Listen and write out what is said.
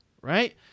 Right